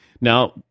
Now